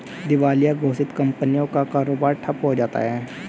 दिवालिया घोषित कंपनियों का कारोबार ठप्प हो जाता है